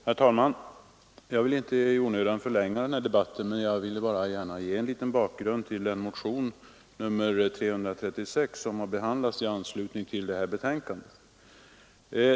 Herr talman! Jag skall inte i onödan förlänga debatten, men jag vill gärna ge en liten bakgrund till motionen 336 som behandlas i detta betänkande.